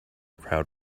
crowd